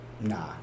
nah